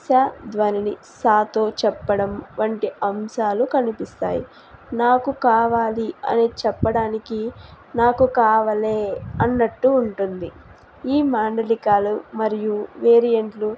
శ ధ్వనిని సాతో చెప్పడం వంటి అంశాలు కనిపిస్తాయి నాకు కావాలి అని చెప్పడానికి నాకు కావలే అన్నట్టు ఉంటుంది ఈ మాండలికాలు మరియు వేరియంట్లు